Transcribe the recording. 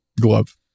glove